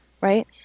right